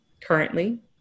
currently